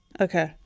okay